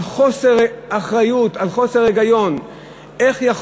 על חוסר אחריות, על חוסר היגיון.